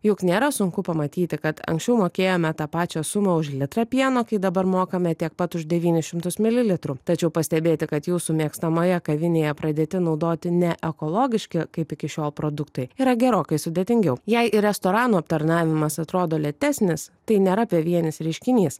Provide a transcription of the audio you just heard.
juk nėra sunku pamatyti kad anksčiau mokėjome tą pačią sumą už litrą pieno kai dabar mokame tiek pat už devynis šimtus mililitrų tačiau pastebėti kad jūsų mėgstamoje kavinėje pradėti naudoti ne ekologiški kaip iki šiol produktai yra gerokai sudėtingiau jei ir restoranų aptarnavimas atrodo lėtesnis tai nėra pavienis reiškinys